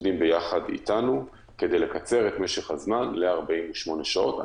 שעובדים ביחד אתנו כדי לקצר את משך הזמן ל-48 שעות.